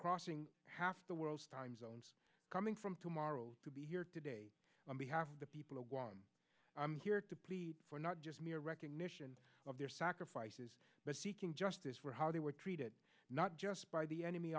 crossing half the world's time zones coming from tomorrow to be here today on behalf of the people of juan i'm here to plead for not just mere recognition of their sacrifices but seeking justice for how they were treated not just by the enemy